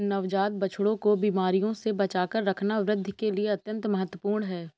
नवजात बछड़ों को बीमारियों से बचाकर रखना वृद्धि के लिए अत्यंत महत्वपूर्ण है